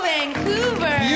Vancouver